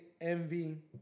Envy